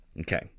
Okay